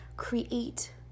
create